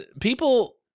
People